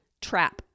Trap